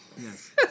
yes